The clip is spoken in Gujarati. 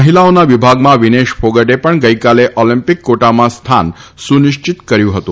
મહિલાઓના વિભાગમાં વિનેશ ફોગટે પણ ગઇકાલે ઓલ્મપીક કોટામાં સ્થાન સુનિશ્ચિત કર્યું હતું